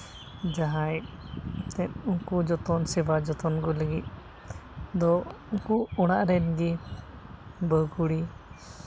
ᱡᱟᱦᱟᱸᱭ ᱮᱱᱛᱮᱫ ᱩᱱᱠᱩ ᱡᱚᱛᱚᱱ ᱥᱮᱵᱟ ᱡᱚᱛᱚᱱ ᱠᱚ ᱞᱟᱹᱜᱤᱫ ᱫᱚ ᱩᱱᱠᱩ ᱚᱲᱟᱜ ᱨᱮᱱ ᱜᱮ ᱵᱟᱹᱦᱩ ᱠᱩᱲᱤ